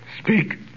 speak